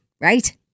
Right